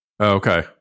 Okay